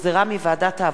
הרווחה והבריאות.